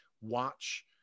Watch